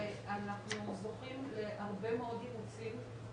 ואנחנו זוכים להרבה מאוד אימוצים,